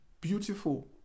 beautiful